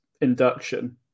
induction